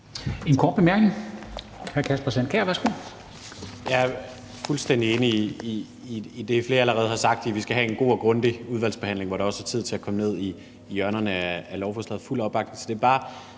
En kort bemærkning